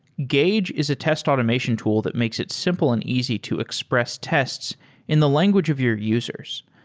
gauge is a test automation tool that makes it simple and easy to express tests in the language of your users.